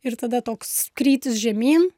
ir tada toks krytis žemyn